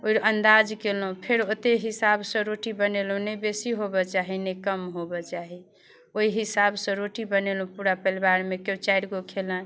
ओ अन्दाज केलहुँ फेर ओतेक हिसाबसँ रोटी बनेलहुँ नहि बेसी होबऽ चाही नहि कम होबऽ चाही ओहि हिसाबसँ रोटी बनेलहुँ पूरा परिवारमे केओ चारिगो खेलक